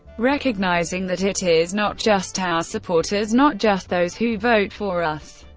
recognizing that it is not just our supporters, not just those who vote for us,